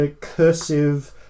cursive